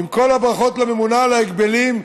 עם כל הברכות לממונה על ההגבלים,